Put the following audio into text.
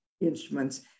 instruments